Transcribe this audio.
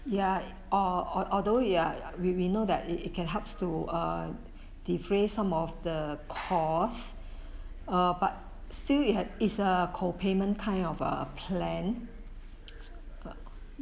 ya al~ al~ although you are we we know that it it can helps to uh defray some of the cost err but still it had is a co-payment kind of a plan err